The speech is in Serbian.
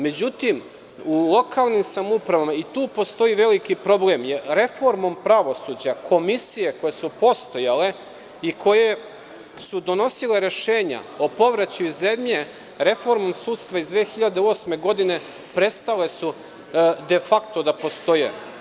Međutim, u lokalnim samoupravama i tu postoji veliki problem, je reformom pravosuđa, komisije koje su postojale i koje su donosile rešenja o povraćaju zemlje, reformom sudstva iz 2008. godine prestale su de fakto da postoje.